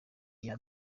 iya